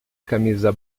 camisa